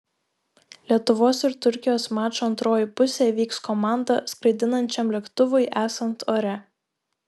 lietuvos ir turkijos mačo antroji pusė vyks komandą skraidinančiam lėktuvui esant ore